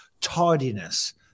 tardiness